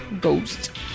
Ghost